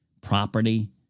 property